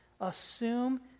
assume